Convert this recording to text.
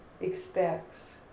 expects